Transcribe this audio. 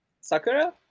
Sakura